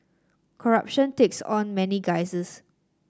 corruption takes on many guises